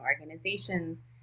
organizations